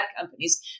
companies